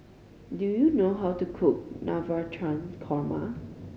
do you know how to cook Navratan Korma